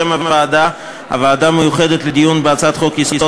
שם הוועדה: הוועדה המיוחדת לדיון בהצעת חוק-יסוד: